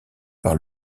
par